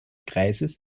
kreises